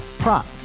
prop